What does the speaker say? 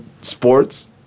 sports